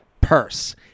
purse